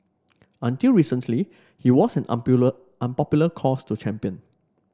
until recently he wasn't an unpopular cause to champion